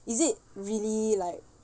is it really like